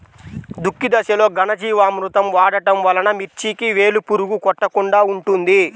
దుక్కి దశలో ఘనజీవామృతం వాడటం వలన మిర్చికి వేలు పురుగు కొట్టకుండా ఉంటుంది?